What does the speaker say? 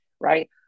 right